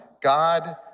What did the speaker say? God